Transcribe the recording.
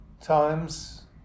times